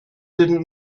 didn’t